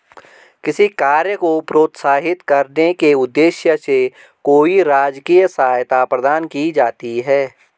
किसी कार्य को प्रोत्साहित करने के उद्देश्य से कोई राजकीय सहायता प्रदान की जाती है